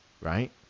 Right